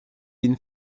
been